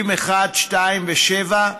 1. סעיפים 1, 2 ו-7,